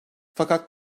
fakat